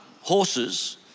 horses